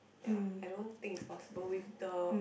ya I don't think it's possible with the